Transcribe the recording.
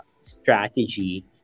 strategy